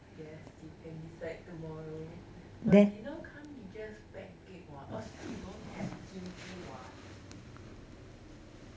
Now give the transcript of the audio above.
yes you can decide tomorrow but you know can't be just pancake what cause you don't have kimchi what